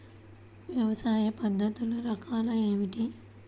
వ్యవసాయ పద్ధతులు రకాలు ఏమిటి?